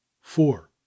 four